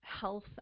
health